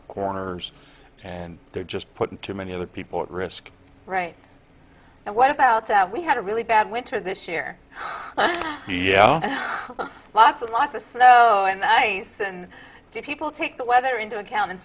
or corners and they're just putting too many other people at risk right and what about that we had a really bad winter this year yeah lots and lots of so and i said and did people take the weather into account and